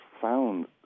found